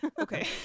Okay